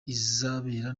izabera